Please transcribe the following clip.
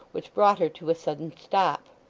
which brought her to a sudden stop.